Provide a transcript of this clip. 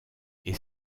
est